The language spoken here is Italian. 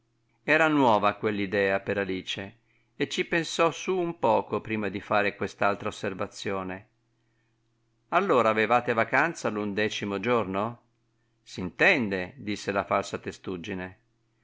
era nuova quell'idea per alice e ci pensò su un poco prima di fare quest'altra osservazione allora avevate vacanza l'undecimo giorno s'intende disse la falsa testuggine